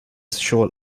short